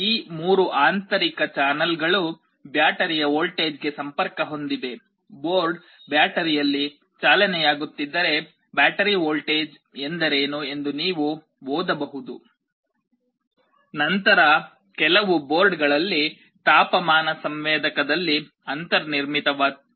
ಈ 3 ಆಂತರಿಕ ಚಾನಲ್ಗಳು ಬ್ಯಾಟರಿಯ ವೋಲ್ಟೇಜ್ಗೆ ಸಂಪರ್ಕ ಹೊಂದಿವೆ ಬೋರ್ಡ್ ಬ್ಯಾಟರಿಯಲ್ಲಿ ಚಾಲನೆಯಾಗುತ್ತಿದ್ದರೆ ಬ್ಯಾಟರಿ ವೋಲ್ಟೇಜ್ ಎಂದರೇನು ಎಂದು ನೀವು ಓದಬಹುದು ನಂತರ ಕೆಲವು ಬೋರ್ಡ್ಗಳಲ್ಲಿ ತಾಪಮಾನ ಸಂವೇದಕದಲ್ಲಿ ಅಂತರ್ನಿರ್ಮಿತವಿದೆ